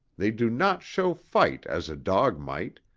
they do not show fight as a dog might,